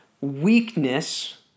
weakness